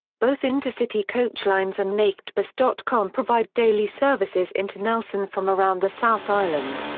both intercity coachlines and nakedbus dot com provide daily services into nelson from around the south island.